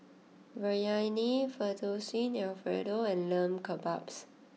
Biryani Fettuccine Alfredo and Lamb Kebabs